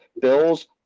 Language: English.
bills